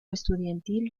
estudiantil